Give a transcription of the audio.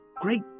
great